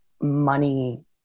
money